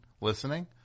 listening